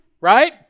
Right